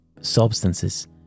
substances